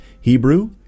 Hebrew